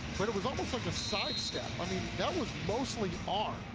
but it was almost like a side step. i mean that was mostly arm.